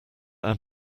add